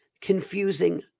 confusing